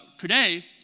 today